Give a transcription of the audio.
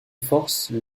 forces